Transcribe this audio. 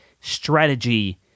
strategy